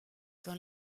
dans